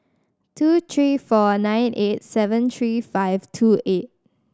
two three four nine eight seven three five two eight